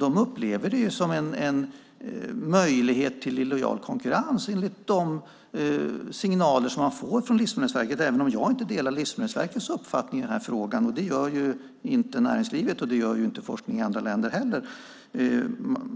Man upplever det som en möjlighet till illojal konkurrens enligt de signaler som man får från Livsmedelsverket, även om jag inte delar Livsmedelsverkets uppfattning i denna fråga, och det gör inte näringslivet och forskning i andra länder heller.